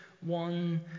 one